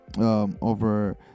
over